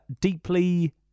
deeply